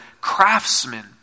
craftsman